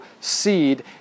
seed